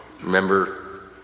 remember